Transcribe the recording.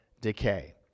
decay